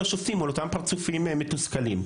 השופטים מול אותם פרצופים מתוסכלים.